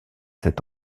cet